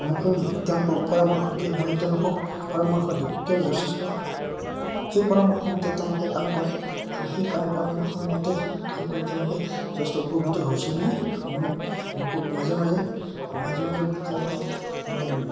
মোকো তেওঁলোকে পৰামৰ্শ দিয়ে ময়ো তেওঁলোকক পৰামৰ্শ দিওঁ তেওঁ যথেষ্ট সেই পৰামৰ্শমতে তেওঁলোকে কাম কৰে আৰু সেই কাম পৰামৰ্শমতে কাম কৰি তেওঁলোকে যথেষ্ট উপকৃত হৈছে বুলি মোক মোকো মাজে মাজে মাজে মাজে তেওঁলোকে